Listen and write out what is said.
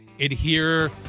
adhere